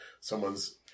someone's